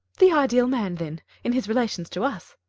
the ideal man, then, in his relations to us.